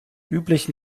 üblichen